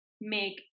make